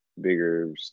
bigger